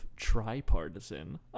tripartisan